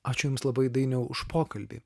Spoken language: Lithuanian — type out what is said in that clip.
aš jums labai dainiau už pokalbį